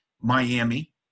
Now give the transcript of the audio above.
Miami